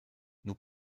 nous